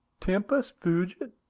tempus fugit.